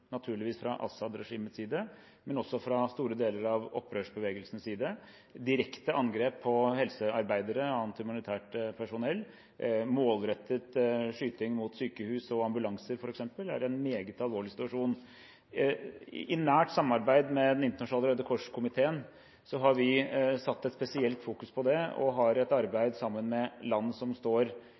fra Assad-regimets side, naturligvis, men også fra store deler av opprørsbevegelsens side. Direkte angrep på helsearbeidere og annet humanitært personell, målrettet skyting mot sykehus og ambulanser f.eks., er en meget alvorlig situasjon. I nært samarbeid med Den internasjonale Røde Kors-komiteen fokuserer vi spesielt på det og har et arbeid sammen med land som står